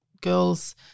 girls –